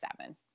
seven